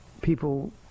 People